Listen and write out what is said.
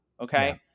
okay